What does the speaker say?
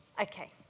Okay